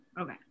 Okay